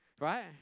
Right